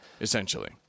essentially